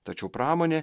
tačiau pramonė